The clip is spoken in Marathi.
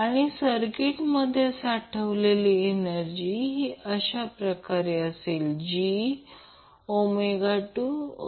या समीकरण 2 मधून अशा प्रकारचे समीकरण मिळेल मी सुचवतो कृपया ते करा मी अंतिम समीकरण दिले आहे